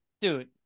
dude